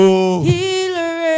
healer